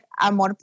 Amor